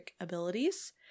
abilities